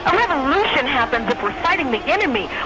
and happens if we're fighting the enemy.